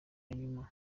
nyuma